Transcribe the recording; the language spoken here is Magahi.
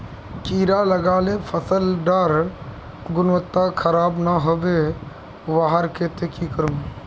कीड़ा लगाले फसल डार गुणवत्ता खराब ना होबे वहार केते की करूम?